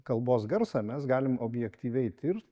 kalbos garsą mes galim objektyviai tirt